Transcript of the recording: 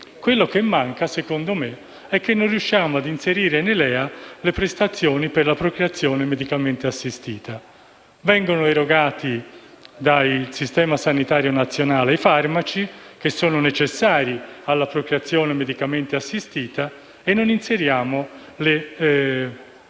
Quello che manca, a mio avviso, è che non riusciamo ad inserire nei LEA le prestazioni per la procreazione medicalmente assistita. Vengono erogati dal Sistema sanitario nazionale i farmaci che sono necessari alla procreazione medicalmente assistita e non inseriamo le